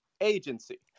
Agency